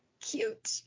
cute